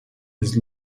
his